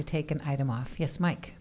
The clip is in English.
to take an item off yes mike